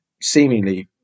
seemingly